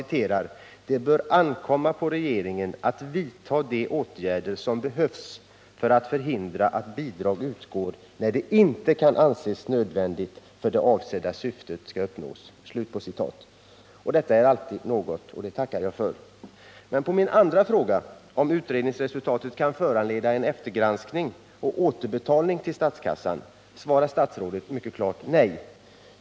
”Det bör ankomma på regeringen att vidta de åtgärder som behövs för att hindra att bidrag utgår när det inte kan anses nödvändigt för att det avsedda syftet skall nås”, heter det. Detta är alltid något, och det tackar jag för. På min andra fråga, om utredningsresultatet kan föranleda en eftergranskning och återbetalning till statskassan, svarar statsrådet mycket klart nej.